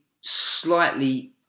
slightly